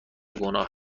گناه